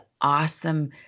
awesome